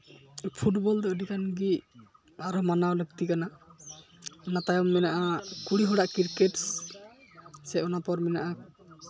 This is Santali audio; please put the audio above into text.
ᱯᱷᱩᱴᱵᱚᱞ ᱫᱚ ᱟᱹᱰᱤᱜᱟᱱ ᱜᱮ ᱦᱟᱨ ᱢᱟᱱᱟᱣ ᱞᱟᱹᱠᱛᱤ ᱠᱟᱱᱟ ᱚᱱᱟ ᱛᱟᱭᱚᱢ ᱢᱮᱱᱟᱜᱼᱟ ᱠᱩᱲᱤ ᱦᱚᱲᱟᱜ ᱠᱨᱤᱠᱮᱴ ᱥᱮ ᱚᱱᱟ ᱯᱚᱨ ᱢᱮᱱᱟᱜᱼᱟ